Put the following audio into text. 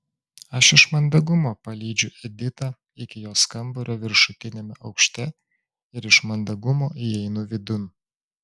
aš iš mandagumo palydžiu editą iki jos kambario viršutiniame aukšte ir iš mandagumo įeinu vidun